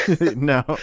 No